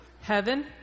Heaven